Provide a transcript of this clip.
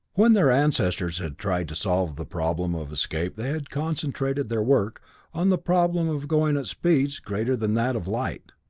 when their ancestors had tried to solve the problem of escape they had concentrated their work on the problem of going at speeds greater than that of light.